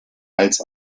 als